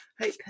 Hope